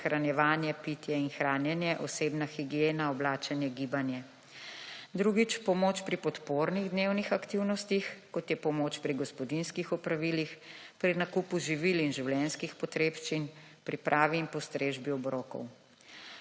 prehranjevanje, pitje in hranjenje, osebna higiena, oblačenje, gibanje. Drugič, pomoč pri podpornih dnevnih aktivnostih, kot je pomoč pri gospodinjskih opravilih, pri nakupi živil in življenjskih potrebščin, pripravi in postrežbi obrokov.